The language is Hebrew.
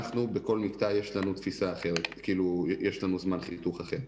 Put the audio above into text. בכל מקטע יש לנו תפיסה אחרת, כלומר זמן חיתוך אחר.